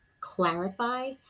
clarify